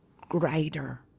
greater